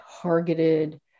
targeted